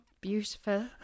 Beautiful